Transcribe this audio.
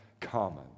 common